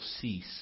cease